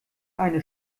eine